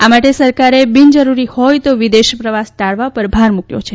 આ માટે સરકારે બીનજરૂરી હોય તો વિદેશ પ્રવાસ ટાળવા પર ભાર મૂક્યો છે